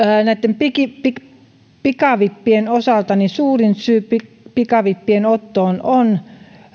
näitten pikavippien osalta suurin syy pikavippien ottoon on